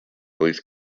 police